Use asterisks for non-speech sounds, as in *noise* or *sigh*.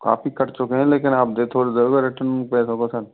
काफ़ी कट चुके हैं लेकिन आप दे थोड़ी देर में रिटर्न पैसों का कर *unintelligible*